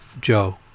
Joe